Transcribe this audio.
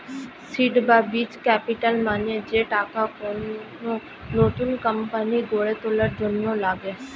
seed বা বীজ capital মানে যে টাকা কোন নতুন কোম্পানি গড়ে তোলার জন্য লাগে